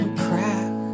crack